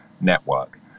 network